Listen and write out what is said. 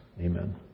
Amen